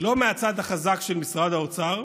מהצד החזק של משרד האוצר